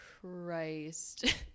christ